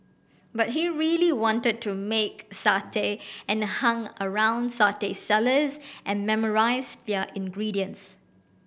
but he really wanted to make satay and hung around satay sellers and memorised their ingredients